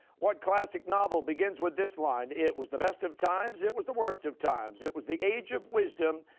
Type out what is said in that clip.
what classic novel begins with this line it was the best of times, it was the worst of times, it was the age of wisdom,